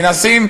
מנסים,